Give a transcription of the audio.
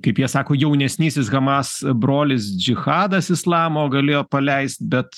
kaip jie sako jaunesnysis hamas brolis džihadas islamo galėjo paleist bet